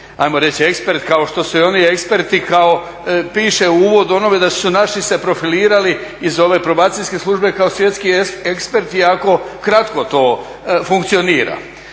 ajmo reći ekspert kao što su i oni eksperti, kao piše u uvodu onome da su se naši profilirali iz ove probacijske službe kao svjetski eksperti iako kratko to funkcionira.